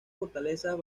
fortalezas